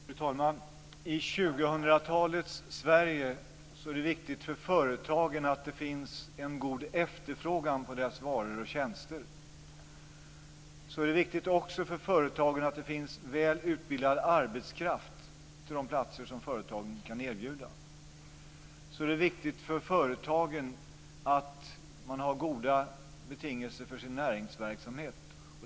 Fru talman! I 2000-talets Sverige är det viktigt för företagen att det finns en god efterfrågan på deras varor och tjänster. Det är också viktigt för företagen att det finns välutbildad arbetskraft till de platser som företagen kan erbjuda. Det är vidare viktigt för företagen att de har goda betingelser för sin näringsverksamhet.